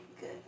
good